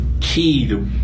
key